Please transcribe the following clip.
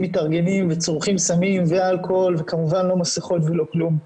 מתארגנים וצורכים סמים ואלכוהול וכמובן לא מסיכות ולא כלום.